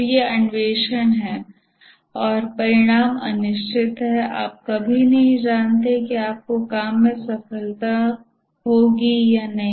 तो ये अन्वेषण हैं और परिणाम अनिश्चितत है आप कभी नहीं जानते कि आपके काम में सफलता होगी या नहीं